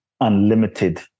unlimited